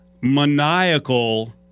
maniacal